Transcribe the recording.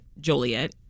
Joliet